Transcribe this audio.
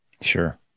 Sure